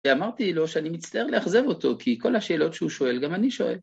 ואמרתי לו שאני מצטער לאכזב אותו, כי כל השאלות שהוא שואל גם אני שואל.